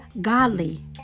godly